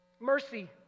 Mercy